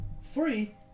Free